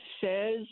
says